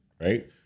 right